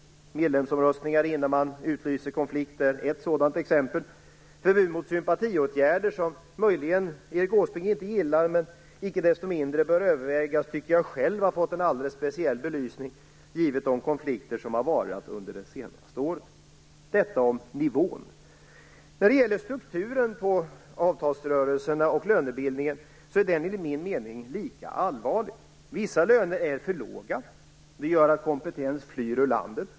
Medlemsomröstningar innan man utlyser konflikter är ett exempel. Förbud mot sympatiåtgärder, som möjligen Erik Åsbrink inte gillar men som icke desto mindre bör övervägas, tycker jag själv har fått en alldeles speciell belysning givet de konflikter som har varat under det senaste året. Detta om nivån. När det gäller strukturen på avtalsrörelsen och lönebildningen är problemet enligt min mening lika allvarligt. Vissa löner är för låga. Det gör att kompetens flyr ur landet.